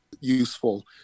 useful